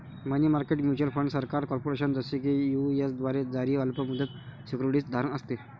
मनी market mutual fund सरकार, corporation, जसे की यू.एस द्वारे जारी अल्प मुदत सिक्युरिटीज धारण असते